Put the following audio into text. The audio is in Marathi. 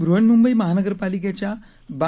बृहन्मुंबई महानगरपालिकेच्या बा